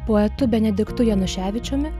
poetu benediktu januševičiumi